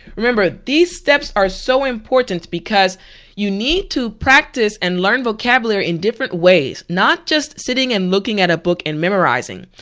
remember these steps are so important because you need to practice and learn vocabulary in different ways, not just sitting and looking at a book and memorizing.